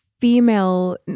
female